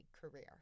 career